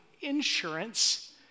insurance